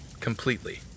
Completely